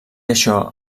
això